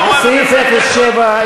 סעיף 07,